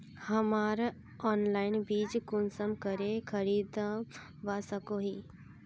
हमरा ऑनलाइन बीज कुंसम करे खरीदवा सको ही?